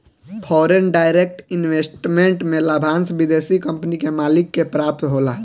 foreign direct investment में लाभांस विदेशी कंपनी के मालिक के प्राप्त होला